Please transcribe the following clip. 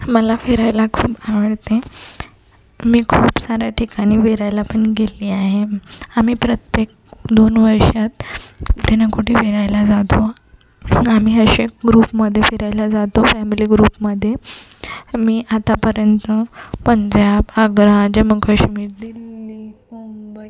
मला फिरायला खूप आवडते मी खूप साऱ्या ठिकाणी फिरायला पण गेली आहे आम्ही प्रत्येक दोन वर्षात कुठे ना कुठे फिरायला जातो आम्ही असे ग्रुपमध्ये फिरायला जातो फॅमिली ग्रुपमध्ये मी आतापर्यंत पंजाब आग्रा जम्मू कश्मीर दिल्ली मुंबई